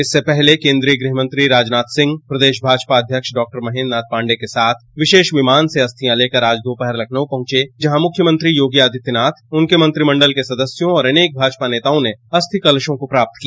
इससे पहले केन्द्रीय गृहमंत्री राजनाथ सिंह प्रदेश भाजपा अध्यक्ष डॉ महेन्द्र नाथ पांडे के साथ विशेष विमान से अस्थियां लेकर आज दोपहर लखनऊ पहुंचे जहां मुख्यमंत्री योग आदित्यनाथ उनके मंत्रिमंडल के सदस्यों और अनेक भाजपा नेताओं ने अस्थि कलशों को प्राप्त किया